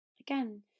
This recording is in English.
Again